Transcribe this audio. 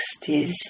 60s